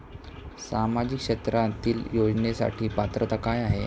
सामाजिक क्षेत्रांतील योजनेसाठी पात्रता काय आहे?